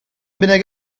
bennak